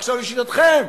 עכשיו לשיטתכם,